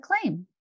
claim